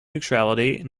neutrality